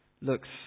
looks